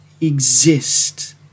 exist